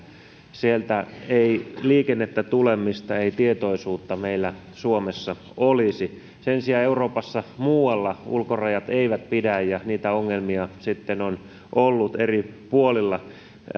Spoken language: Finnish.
sieltä ei liikennettä tule mistä ei tietoisuutta meillä suomessa olisi sen sijaan euroopassa muualla ulkorajat eivät pidä ja niitä ongelmia sitten on ollut eri puolilla